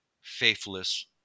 faithless